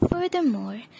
Furthermore